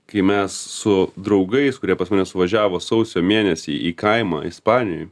kai mes su draugais kurie pas mane suvažiavo sausio mėnesį į kaimą ispanijoj